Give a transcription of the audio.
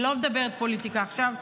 הינה, לא מדברת פוליטיקה עכשיו.